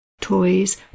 toys